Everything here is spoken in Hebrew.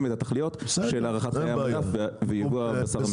את התכליות של הארכת חיי המדף ויבוא הבשר המצונן.